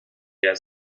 der